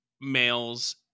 males